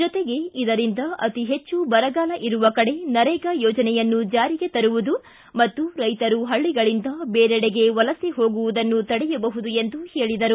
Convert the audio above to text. ಜೊತೆಗೆ ಇದರಿಂದ ಅತಿಹೆಚ್ಚು ಬರಗಾಲ ಇರುವ ಕಡೆ ನರೇಗಾ ಯೊಜನೆಯನ್ನು ಚಾರಿಗೆ ತರುವದು ಮತ್ತು ರೈತರು ಪಳ್ಳಗಳಿಂದ ಬೇರೆಡೆಗೆ ವಲಸೆ ಹೋಗುವುದನ್ನು ತಡೆಯಬಹುದು ಎಂದರು